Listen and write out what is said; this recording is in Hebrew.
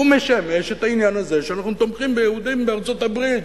הוא משמש את העניין הזה שאנחנו תומכים ביהודים בארצות-הברית,